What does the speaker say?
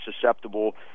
susceptible